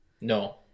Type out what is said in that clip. No